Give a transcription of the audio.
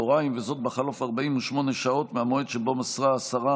וזאת בחלוף 48 שעות מהמועד שבו מסרה השרה